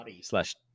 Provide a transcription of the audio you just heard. slash